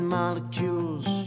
molecules